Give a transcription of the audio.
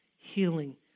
healing